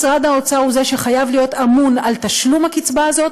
משרד האוצר הוא זה שחייב להיות אמון על תשלום הקצבה הזאת,